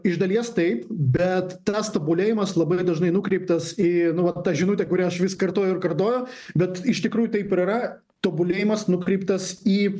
iš dalies taip bet tas tobulėjimas labai dažnai nukreiptas į nu vat tą žinutę kurią aš vis kartoju ir kartoju bet iš tikrųjų taip ir yra tobulėjimas nukreiptas į